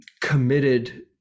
committed